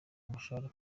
umushahara